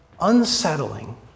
unsettling